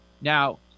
Now